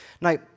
Now